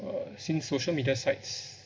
uh since social media sites